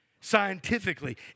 Scientifically